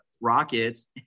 rockets